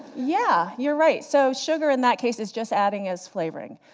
yeah, you're right. so sugar in that case is just added as flavoring.